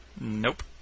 Nope